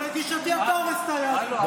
לגישתי, אתה הורס את היהדות.